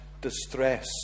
distress